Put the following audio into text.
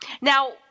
now